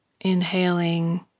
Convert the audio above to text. Inhaling